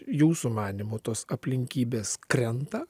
jūsų manymu tos aplinkybės krenta